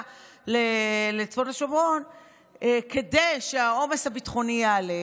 לצפון השומרון כדי שהעומס הביטחוני יעלה,